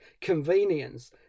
convenience